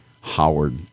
Howard